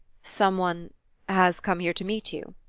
some one has come here to meet you?